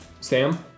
Sam